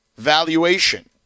valuation